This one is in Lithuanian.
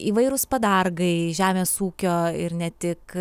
įvairūs padargai žemės ūkio ir ne tik